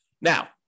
now